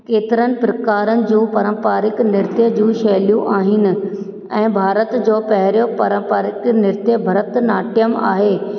केतिरनि प्रकारनि जो परंपारिक नृत्य जो शैलियूं आहिनि ऐं भारत जो पहिरियों परंपारिक नृत्य भरतनाट्यम आहे